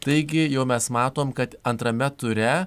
taigi jau mes matom kad antrame ture